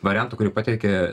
varianto kurį pateikė